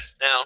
Now